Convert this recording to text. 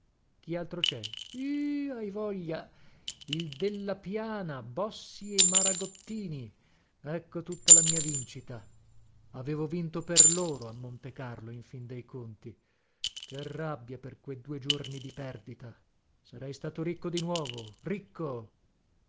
chi altro cè ih hai voglia il della piana bossi e margottini ecco tutta la mia vincita avevo vinto per loro a montecarlo in fin dei conti che rabbia per que due giorni di perdita sarei stato ricco di nuovo ricco